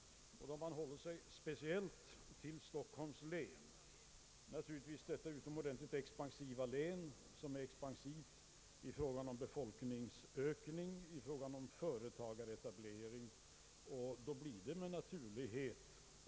Men då har man hållit sig speciellt till Stockholms län. Det blir helt naturligt en kraftig procentökning i detta utomordentligt expansiva län, som är så expansivt i fråga om både folkökning och företagsetablering.